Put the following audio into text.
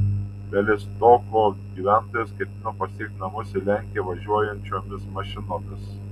bialystoko gyventojas ketino pasiekti namus į lenkiją važiuojančiomis mašinomis